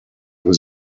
für